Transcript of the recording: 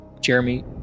Jeremy